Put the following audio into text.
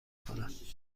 کنم